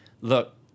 look